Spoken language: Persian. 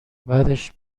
بدش